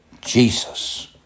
Jesus